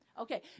Okay